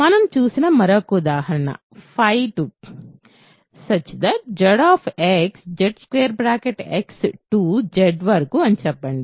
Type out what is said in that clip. మనం చూసిన మరొక ఉదాహరణ 2 Zx Z వరకు అని చెప్పండి